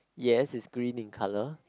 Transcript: yes it's green in colour